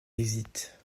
hésite